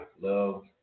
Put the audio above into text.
Love